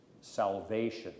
salvation